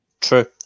True